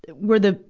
were the,